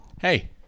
Hey